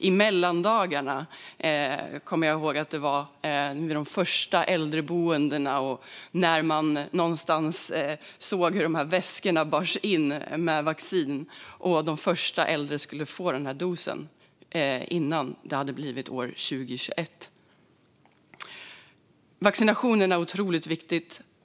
Jag kommer ihåg att det var i mellandagarna de första väskorna med vaccin bars in på äldreboenden och att de första äldre fick dosen innan det hade blivit år 2021. Vaccinationerna är otroligt viktiga.